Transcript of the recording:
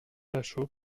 lachaud